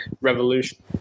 revolution